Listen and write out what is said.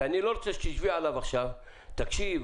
כי אני לא רוצה שתשבי עליו עכשיו: תקשיב,